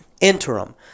interim